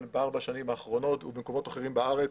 בארבע השנים האחרונות ובמקומות אחרים בארץ.